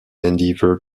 endeavour